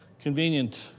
convenient